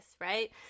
Right